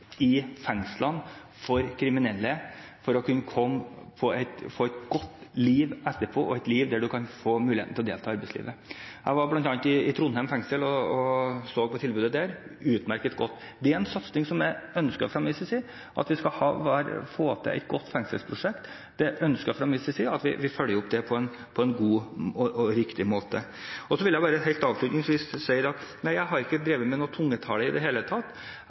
for kriminelle for at de skal få et godt liv etterpå og et liv hvor de kan delta i arbeidslivet. Jeg var bl.a. i Trondheim fengsel og så på tilbudet der. Det var utmerket. Det er en satsing som jeg ønsker fra min side – at vi skal få til et godt fengselsprosjekt. Det ønsker jeg fra min side at vi følger opp på en god og riktig måte. Så vil jeg avslutningsvis si at jeg ikke har drevet med noen tungetale i det hele tatt.